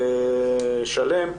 שלם,